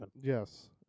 Yes